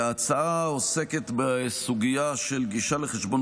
ההצעה עוסקת בסוגיה של גישה לחשבונות